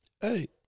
Hey